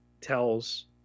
tells